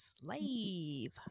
slave